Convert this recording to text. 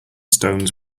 stones